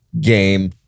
game